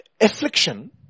Affliction